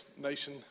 nation